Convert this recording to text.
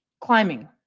climbing